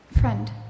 friend